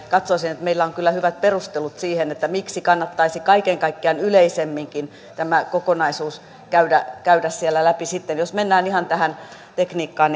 katsoisin että meillä on kyllä hyvät perustelut siihen miksi kannattaisi kaiken kaikkiaan yleisemminkin tämä kokonaisuus käydä käydä siellä läpi jos mennään ihan tähän tekniikkaan